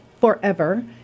forever